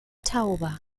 tauber